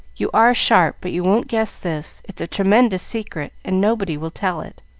you are sharp, but you won't guess this. it's a tremendous secret, and nobody will tell it.